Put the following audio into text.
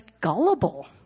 gullible